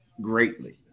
greatly